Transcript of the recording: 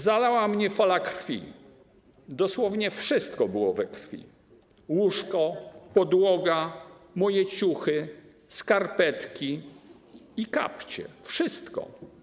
Zalała mnie fala krwi, dosłownie wszystko było we krwi, łóżko, podłoga, moje ciuchy, skarpetki i kapcie, wszystko.